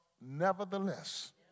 nevertheless